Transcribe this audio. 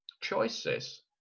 choices